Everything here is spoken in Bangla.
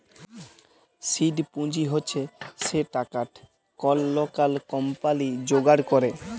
সিড পুঁজি হছে সে টাকাট কল লকাল কম্পালি যোগাড় ক্যরে